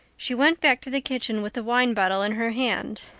she went back to the kitchen with the wine bottle in her hand.